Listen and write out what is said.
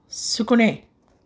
सुकणें